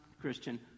christian